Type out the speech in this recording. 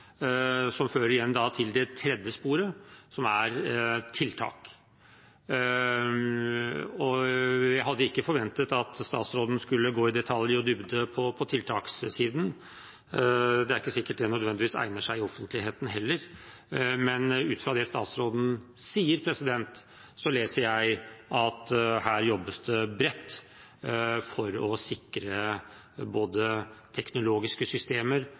fører igjen til det tredje sporet, som er tiltak. Jeg hadde ikke forventet at statsråden skulle gå i detalj og dybde på tiltakssiden. Det er ikke sikkert det nødvendigvis egner seg i offentligheten heller, men ut fra det statsråden sier, leser jeg at her jobbes det bredt for å sikre både teknologiske systemer,